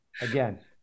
Again